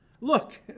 Look